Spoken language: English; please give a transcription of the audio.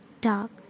Dark